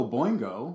Boingo